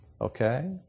Okay